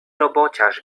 robociarz